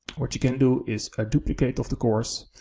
what you can do is a duplicate of the course,